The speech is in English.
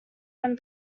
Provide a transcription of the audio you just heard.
when